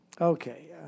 Okay